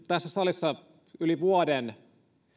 tässä salissa nyt yli vuoden